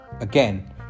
again